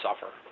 suffer